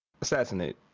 assassinate